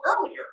earlier